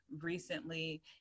recently